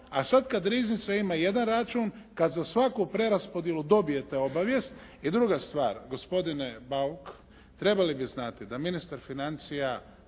A sada kada riznica ima jedan račun, kada za svaku preraspodjelu dobijete obavijest. I druga stvar gospodine Bauk, trebali bi znati da ministar financija